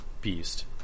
beast